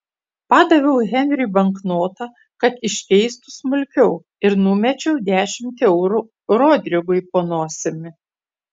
padaviau henriui banknotą kad iškeistų smulkiau ir numečiau dešimt eurų rodrigui po nosimi